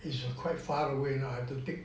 it is quite far away lah I have to take